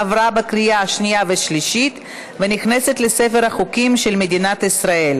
עברה בקריאה שנייה ושלישית ונכנסת לספר החוקים של מדינת ישראל.